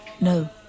No